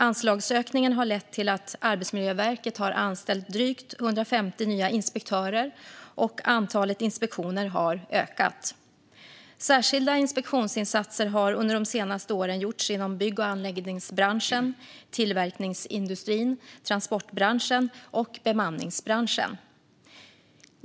Anslagsökningen har lett till att Arbetsmiljöverket har anställt drygt 150 nya inspektörer, och antalet inspektioner har ökat. Särskilda inspektionsinsatser har under de senaste åren gjorts inom bygg och anläggningsbranschen, tillverkningsindustrin, transportbranschen och bemanningsbranschen.